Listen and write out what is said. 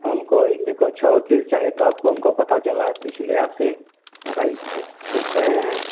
हमको एक अच्छा वक़ील चाहिए तो आपको हमको पता चला है तो इसीलिए आपके भाई कहे हैं